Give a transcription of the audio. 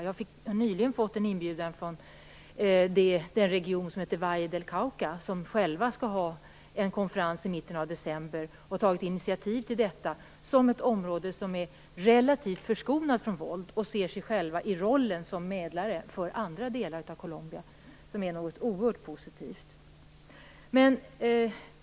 Jag har nyligen fått en inbjudan från den region som heter Valle del Cauca, där man har tagit initiativ till och skall ha en konferens i mitten av december. Valle del Cauca är ett område som är relativt förskonat från våld, och där ser man sig i rollen som medlare för andra delar av Colombia. Detta är något oerhört positivt.